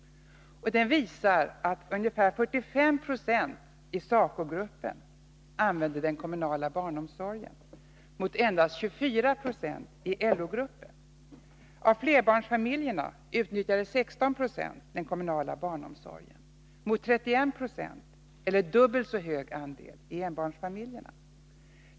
Den visar att ca 45 96 i SACO-gruppen använder sig av den kommunala barnomsorgen mot endast 24 Jo i LO-gruppen. Av flerbarnsfamiljerna utnyttjade 16 26 den kommunala barnomsorgen mot 31 96, eller dubbelt så hög andel, av enbarnsfamiljerna.